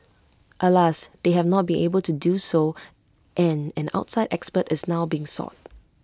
alas they have not been able to do so and an outside expert is now being sought